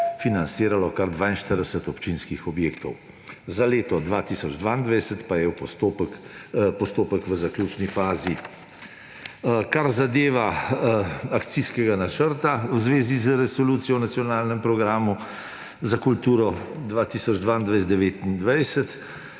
financiralo kar 42 občinskih objektov. Za leto 2022 pa je postopek v zaključni fazi. Kar zadeva akcijski načrt v zvezi z Resolucijo o nacionalnem programu za kulturo 2022–2029,